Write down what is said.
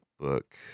book